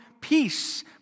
peace